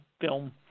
film